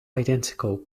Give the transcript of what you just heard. identical